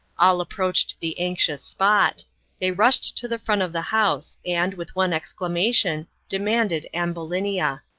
all approached the anxious spot they rushed to the front of the house and, with one exclamation, demanded ambulinia.